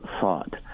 thought